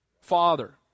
father